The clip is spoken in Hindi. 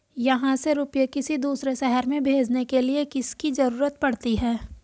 यहाँ से रुपये किसी दूसरे शहर में भेजने के लिए किसकी जरूरत पड़ती है?